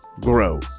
grow